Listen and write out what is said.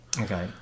Okay